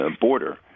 border